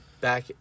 back